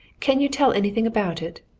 can you tell anything about it?